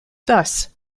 thus